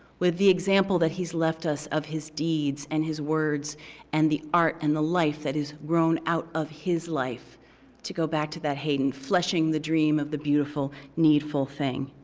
with the example that he's left us of his deeds and his words and the art and the life that has grown out of his life to go back to that hayden fleshing the dream of the beautiful, needful thing.